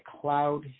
cloud